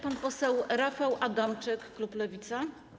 Pan poseł Rafał Adamczyk, klub Lewica.